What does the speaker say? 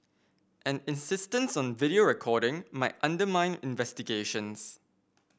an insistence on video recording might undermine investigations